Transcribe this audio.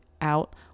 out